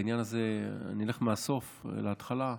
בעניין הזה, אני אלך מהסוף להתחלה.